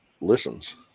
listens